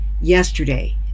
yesterday